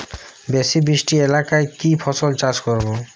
বেশি বৃষ্টি এলাকায় কি ফসল চাষ করব?